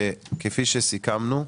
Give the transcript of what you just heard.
כפי שסיכמנו,